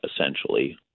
essentially